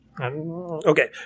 Okay